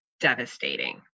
devastating